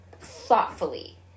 thoughtfully